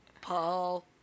Paul